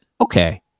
okay